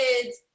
kids